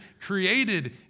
created